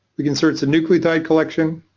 we can search the nucleotide collection.